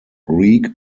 greek